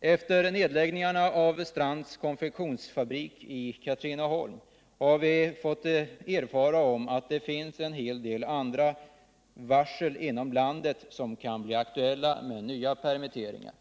Efter nedläggningen av Strands konfektionsfabrik i Katrineholm har vi fått erfara att det utfärdats en hel del andra varsel som kan följas av nya permitteringar.